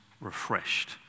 refreshed